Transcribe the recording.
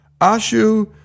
Ashu